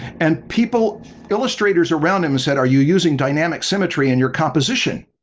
and people illustrators around him said are you using dynamic symmetry in your composition?